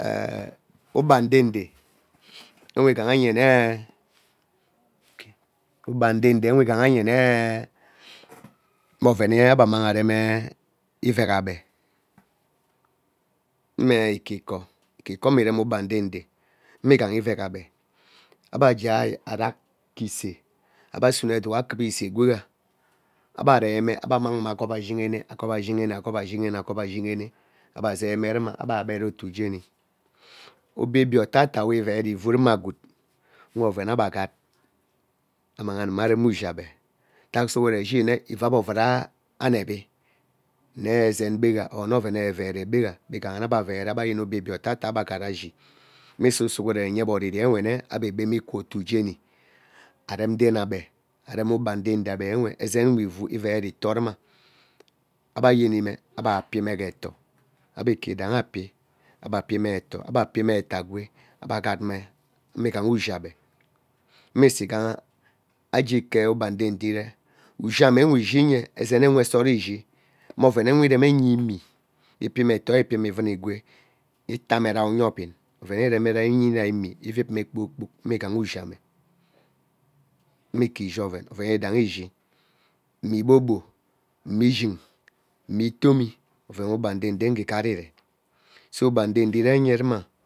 Ee ugba ndeden ewe igahayene ugba ndeden nnwe ighanyene me oven we ebe ammang erem ee iveg ebe mme ikikor ikikor mme ivem ugba ndede emmegha iveg ebe ebe gee arag ke isee gwega ebe ireme ebe ammagme shigene agop ashigene egop ashigene agop ashigene ebe seime runa ebe gee ebere otuo jeni obie otata we ivere ivurum gwood nwe oven we ebe gat aremi ushi ebe ita sughwan ishin nwe eve ebe ovung aneri mme ezengbegha or ebe avare nne ezen gbega or mme oven evevera gbega or mme oven evevere gbega ighaha mme ebe avevere ebe ayene obie obie otata gbega ebe ghot ashi misi sughimen enye ebe oriri enwe nwe ebe akwu ofu jeni adem ren ebe arem ugba udede abewe ezen we ivuu ivere itoo ruma ebe ayeyeme ebe apime ghe etoo ebe iki idaiyhi api ebe etoo ebe pime etoo agwe ebi gat me me ighaha ushi ebe imisu ighaha agee ike ugba udede iree ushi mme nwe ishinye ezenewe sot ishi meovenewe iremenye gee imie ipime etogi ipime ivum igwee itavei nyoobin ovenewen ireme rei imie ivipme kpoor kpok mme ighaha uhsi amme mmie ike ishi oven oven yidai ishi mma ma igbogbo mme ishin mma itomi oven we ugba udede ngee gari ire so ugba udede ureenye ruma.